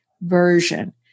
version